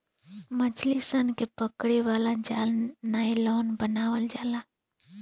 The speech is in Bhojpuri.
मछली सन के पकड़े वाला जाल नायलॉन बनावल जाला